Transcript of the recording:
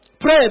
pray